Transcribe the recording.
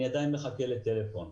אני עדיין מחכה לטלפון.